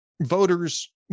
voters